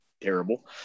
terrible